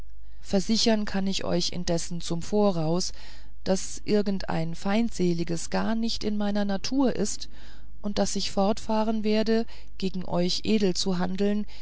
versichern kann ich euch indessen zum voraus daß irgend feindseliges gar nicht in meiner natur ist und daß ich fortfahren werde gegen euch edel zu handeln